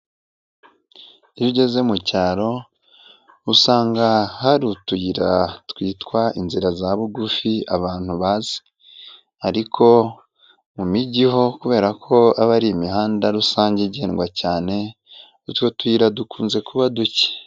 Iyo ugeze mu cyaro usanga hari utuyira twitwa inzira za bugufi abantu bazi ariko mu mijyiho kubera ko aba ari imihanda rusange igendwa cyane, utwo tuyira dukunze kuba duke.